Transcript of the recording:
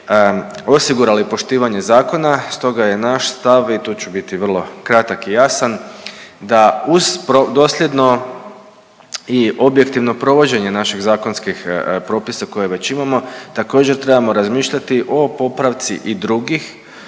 osigurali poštivanje zakona stoga je naš stav i tu ću biti vrlo kratak i jasan da uz dosljedno i objektivno provođenje naših zakonskih propisa koje već imamo također trebamo razmišljati o popravci i drugih